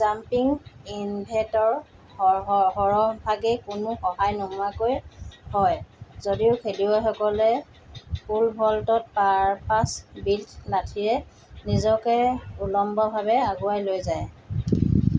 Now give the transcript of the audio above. jumping ইভেণ্টৰ সৰহভাগেই কোনো সহায় নোহোৱাকৈ হয় যদিও খেলুৱৈসকলে পোল ভল্টত পাৰপাছ বিল্ট লাঠিৰে নিজকে উলম্বভাৱে আগুৱাই লৈ যায়